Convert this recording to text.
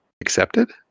accepted